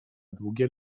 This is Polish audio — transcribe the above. długie